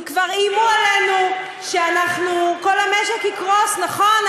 כי כבר איימו עלינו שכל המשק יקרוס, נכון?